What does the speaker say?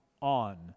on